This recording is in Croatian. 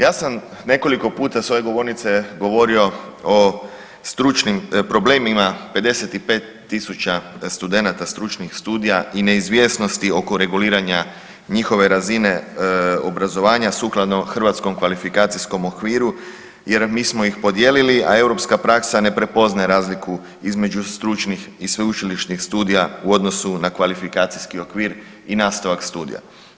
Ja sam nekoliko puta s ove govornice govorio o stručnim problemima 55.000 studenata stručnih studija i neizvjesnosti oko reguliranja njihove razine obrazovanja sukladno HKO-u jel mi smo iz podijelili, a europska praksa ne prepoznaje razliku između stručnih i sveučilišnih studija u odnosu na kvalifikacijski okvir i nastavak studija.